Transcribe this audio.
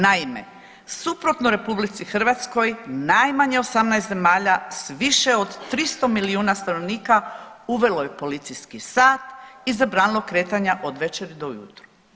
Naime, suprotno RH najmanje 18 zemalja s više od 300 milijuna stanovnika uvelo je policijski sat i zabranilo kretanja od večeri do ujutro.